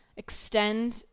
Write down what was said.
extend